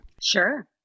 Sure